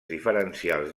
diferencials